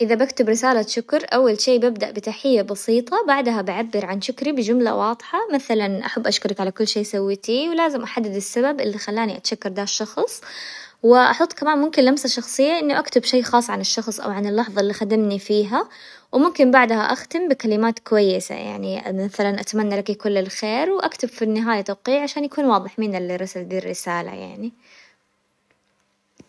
إذا بكتب رسالة شكر أول شي ببدأ بتحية بسيطة، بعدها بعبر عن شكري بجملة واضحة مثلا أحب أشكرك على كل شي سويتيه، ولازم أحدد السبب اللي خلاني أتشكر دا الشخصن وأحط كمان ممكن لمسة شخصية إني أكتب شي خاص عن الشخص او عن اللحظة اللي خدمني فيها، وممكن بعدها أختم بكلمات كويسة يعني مثلا أتمنى لك كل الخير، وأكتب في النهاية توقيع عشان يكون واضح مين اللي رسل دي الرسالة يعني.